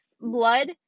blood